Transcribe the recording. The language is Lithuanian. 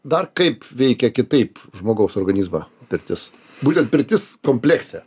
dar kaip veikia kitaip žmogaus organizmą pirtis būtent pirtis komplekse